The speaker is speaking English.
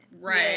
right